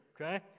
Okay